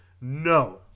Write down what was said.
No